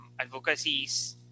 advocacies